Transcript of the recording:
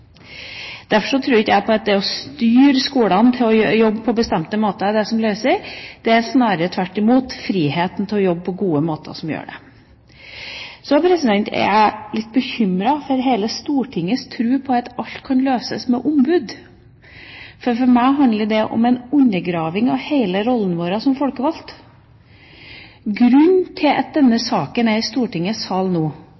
Derfor tror ikke jeg på at det å styre skolene til å jobbe på bestemte måter er det som løser dette, det er snarere tvert imot friheten til å jobbe på gode måter som gjør det. Så er jeg litt bekymret for hele Stortingets tro på at alt kan løses med ombud. For meg handler det om en undergraving av hele vår rolle som folkevalgt. Grunnen til at denne